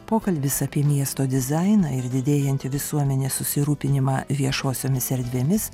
pokalbis apie miesto dizainą ir didėjantį visuomenės susirūpinimą viešosiomis erdvėmis